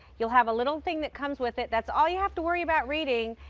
you'll have a little thing that comes with it. that's all you have to worry about reading.